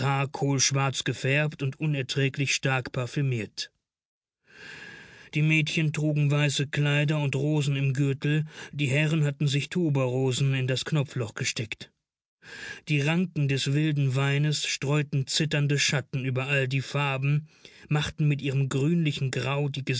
kohlschwarz gefärbt und unerträglich stark parfümiert die mädchen trugen weiße kleider und rosen im gürtel die herren hatten sich tuberosen in das knopfloch gesteckt die ranken des wilden weines streuten zitternde schatten über all die farben machten mit ihrem grünlichen grau